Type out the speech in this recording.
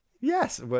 Yes